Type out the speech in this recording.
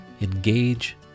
Engage